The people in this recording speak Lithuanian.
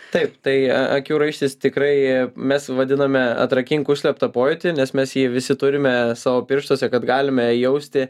taip tai akių raištis tikrai mes vadiname atrakink užslėptą pojūtį nes mes jį visi turime savo pirštuose kad galime jausti